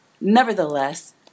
Nevertheless